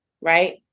Right